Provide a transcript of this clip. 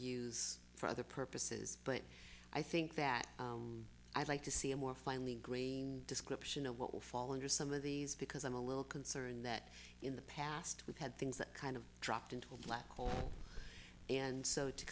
use for other purposes but i think that i'd like to see a more finely grained description of what will fall under some of these because i'm a little concerned that in the past we've had things that kind of dropped into a black hole and so to